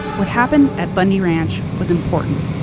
what happened at bundy ranch was important.